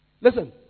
Listen